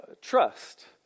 trust